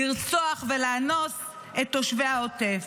לרצוח ולאנוס את תושבי העוטף.